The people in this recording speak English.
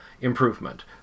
improvement